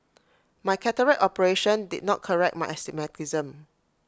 my cataract operation did not correct my astigmatism